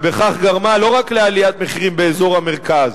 ובכך גרמה לא רק לעליית מחירים באזור המרכז,